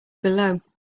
below